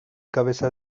cabeza